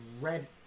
red